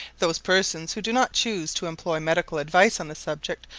those persons who do not choose to employ medical advice on the subject,